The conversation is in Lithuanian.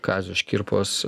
kazio škirpos